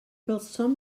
welsom